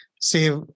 save